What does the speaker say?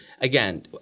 Again